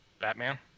Batman